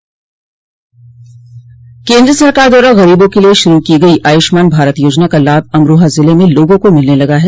केन्द्र सरकार द्वारा गरीबों के लिए शुरू की गई आयुष्मान भारत योजना का लाभ अमराहा जिले में लोगों को मिलने लगा है